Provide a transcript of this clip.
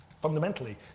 Fundamentally